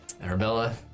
Arabella